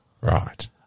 Right